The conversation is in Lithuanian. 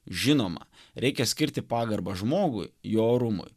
žinoma reikia skirti pagarbą žmogui jo orumui